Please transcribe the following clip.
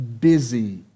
busy